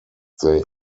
they